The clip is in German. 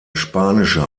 spanische